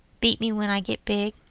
beat me when i get big.